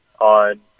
on